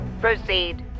Proceed